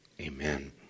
amen